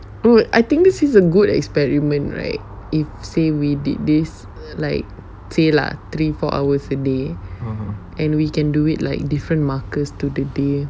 I would I think this is a good experiment right if say we did this like say lah three four hours a day and we can do it like different markers to the day